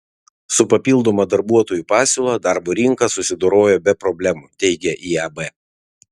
su papildoma darbuotojų pasiūla darbo rinka susidorojo be problemų teigia iab